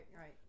right